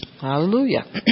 Hallelujah